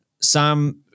Sam